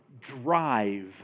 drive